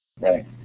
Right